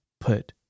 put